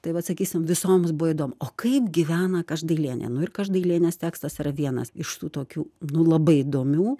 tai vat sakysim visoms buvo įdomu o kaip gyvena každailienė nu ir každailienės tekstas yra vienas iš tų tokių nu labai įdomių